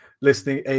listening